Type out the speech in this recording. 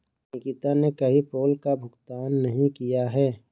निकिता ने कभी पोल कर का भुगतान नहीं किया है